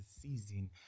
season